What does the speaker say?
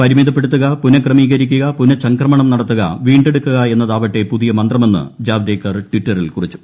പരിമിതപ്പെടുത്തുക ജനങ്ങളോട് പുനക്രമീകരിക്കുക പുനചംക്രമണം നടത്തുക വീണ്ടെടുക്കുക എന്നതാവട്ടെ പുതിയ മന്ത്രമെന്ന് ജാവ്ദേക്കർ ട്വിറ്ററിൽ കുറിച്ചു